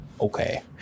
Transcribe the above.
okay